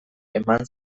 eman